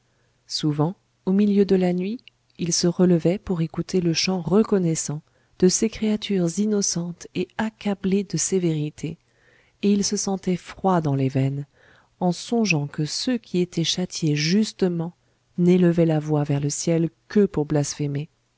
souvent au milieu de la nuit il se relevait pour écouter le chant reconnaissant de ces créatures innocentes et accablées de sévérités et il se sentait froid dans les veines en songeant que ceux qui étaient châtiés justement n'élevaient la voix vers le ciel que pour blasphémer